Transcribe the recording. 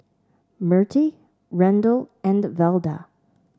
Mirtie Randle and Velda